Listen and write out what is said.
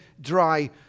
dry